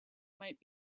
might